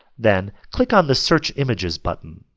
then click on the search images button.